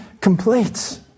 complete